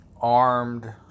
armed